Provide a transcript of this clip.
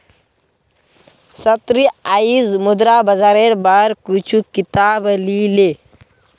सन्नी आईज मुद्रा बाजारेर बार कुछू किताब ली ले